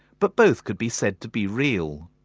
but both could be said to be real.